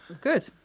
good